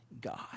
God